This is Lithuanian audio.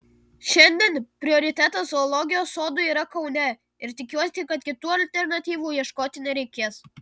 šiandien prioritetas zoologijos sodui yra kaune ir tikiuosi kad kitų alternatyvų ieškoti nereikės